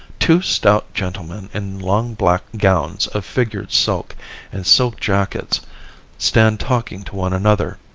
two stout gentlemen in long black gowns of figured silk and silk jackets stand talking to one another.